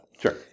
Sure